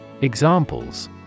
Examples